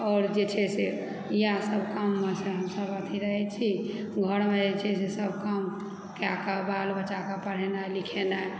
आओर जे छै से इएह सब काममे हमसब अथी रहै छी घरमे जे छै से सब काम कए कऽ बाल बच्चाकेँ पढ़ेनाइ लिखेनाइ